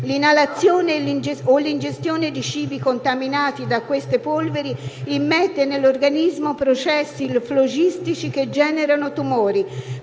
L'inalazione o l'ingestione di cibi contaminati da queste polveri immette nell'organismo processi flogistici che generano tumori,